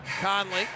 Conley